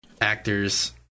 actors